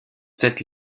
cette